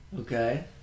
okay